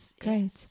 Great